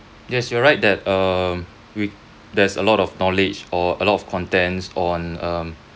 yes you are right that uh we there's a lot of knowledge or a lot of contents on um